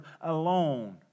alone